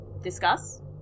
Discuss